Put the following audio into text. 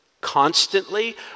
constantly